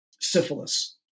syphilis